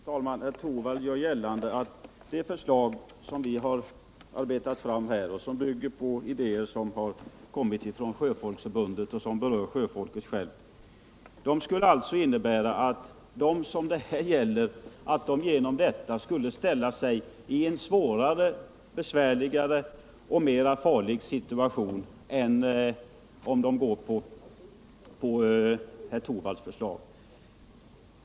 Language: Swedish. Herr talman! Herr Torwald gör gällande att det förslag som vi har arbetat fram, som bygger på idéer från Sjöfolksförbundet och som berör sjöfolket självt, skulle ställa dem det gäller i en svårare och farligare situation än om vi går på propositionens förslag.